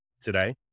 today